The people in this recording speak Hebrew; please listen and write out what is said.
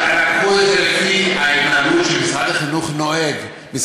לקחו את זה לפי ההתנהלות שמשרד החינוך נוהג בה.